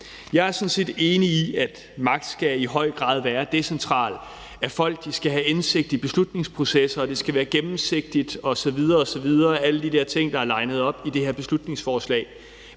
Jeg er sådan set enig i, at magt i høj grad skal være decentral, at folk skal have indsigt i beslutningsprocesser, og at det skal være gennemsigtigt osv. osv. – alle de der ting, der er linet op i det her beslutningsforslag.